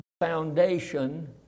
...foundation